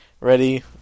Ready